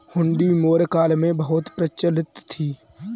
हुंडी मौर्य काल में बहुत प्रचलित थी